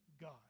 God